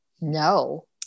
No